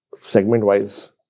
segment-wise